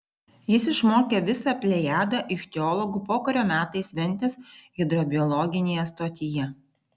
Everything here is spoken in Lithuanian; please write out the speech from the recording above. jis išmokė visą plejadą ichtiologų pokario metais ventės hidrobiologinėje stotyje